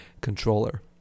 controller